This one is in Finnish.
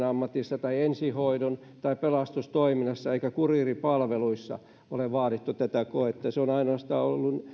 ammatissa eikä ensihoidossa tai pelastustoiminnassa eikä kuriiripalveluissa ole vaadittu tätä koetta se on ollut ainoastaan